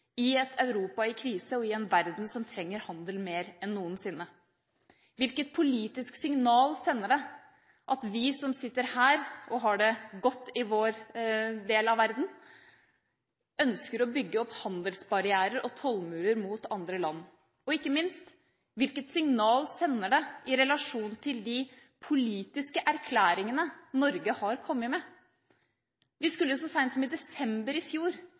i et Europa i krise og i en verden som trenger handel mer enn noensinne. Hvilket politisk signal sender det at vi som sitter her og har det godt i vår del av verden, ønsker å bygge opp handelsbarrierer og tollmurer mot andre land? Og ikke minst: Hvilket signal sender det i relasjon til de politiske erklæringene Norge har kommet med? Vi skulle så seint som i desember i fjor